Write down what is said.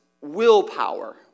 willpower